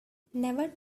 never